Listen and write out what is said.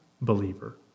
believer